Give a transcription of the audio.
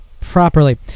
properly